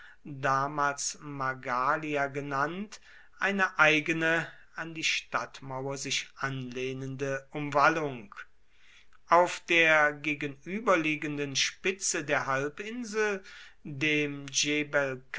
damals magalia genannt eine eigene an die stadtmauer sich anlehnende umwallung auf der gegenüberliegenden spitze der halbinsel dem